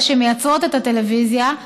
אלה שמייצרות את הטלוויזיה,